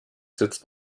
sitzt